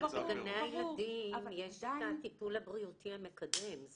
אבל בגני הילדים יש את הטיפול הבריאות המקדם.